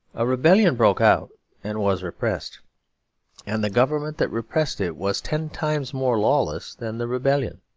a rebellion broke out and was repressed and the government that repressed it was ten times more lawless than the rebellion.